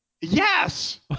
yes